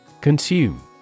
Consume